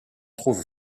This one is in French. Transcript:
trouve